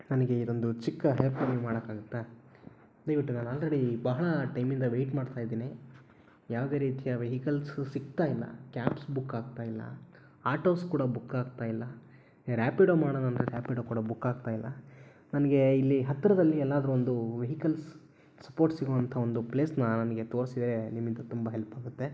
ನನಗೆ ಇದೊಂದು ಚಿಕ್ಕ ಹೆಲ್ಪ್ ನೀವು ಮಾಡೋಕ್ಕಾಗುತ್ತಾ ದಯವಿಟ್ಟು ನಾನು ಆಲ್ರೆಡೀ ಬಹಳ ಟೈಮಿಂದ ವೆಯ್ಟ್ ಮಾಡ್ತಾ ಇದ್ದೀನಿ ಯಾವುದೇ ರೀತಿಯ ವೆಹಿಕಲ್ಸು ಸಿಕ್ತಾ ಇಲ್ಲ ಕ್ಯಾಬ್ಸ್ ಬುಕ್ ಆಗ್ತಾ ಇಲ್ಲ ಆಟೋಸ್ ಕೂಡ ಬುಕ್ ಆಗ್ತಾ ಇಲ್ಲ ರ್ಯಾಪಿಡೋ ಮಾಡೋಣ ಅಂದರೆ ರ್ಯಾಪಿಡೋ ಕೂಡ ಬುಕ್ ಆಗ್ತಾ ಇಲ್ಲ ನನಗೆ ಇಲ್ಲಿ ಹತ್ತಿರದಲ್ಲಿ ಎಲ್ಲಾದರೂ ಒಂದು ವೆಹಿಕಲ್ಸ್ ಸಪೋರ್ಟ್ ಸಿಗುವಂಥ ಒಂದು ಪ್ಲೇಸನ್ನ ನನಗೆ ತೋರಿಸಿದ್ರೆ ನಿಮ್ಮಿಂದ ತುಂಬ ಹೆಲ್ಪಾಗುತ್ತೆ